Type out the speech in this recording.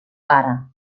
pare